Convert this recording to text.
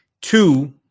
Two